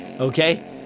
Okay